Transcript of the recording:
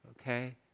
Okay